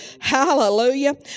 hallelujah